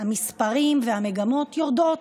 המספרים והמגמות יורדים,